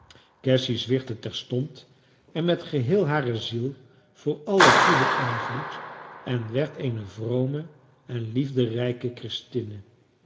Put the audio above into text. cassy zwichtte terstond en met geheel hare ziel voor allen goeden invloed en werd eene vrome en liefderijke christinne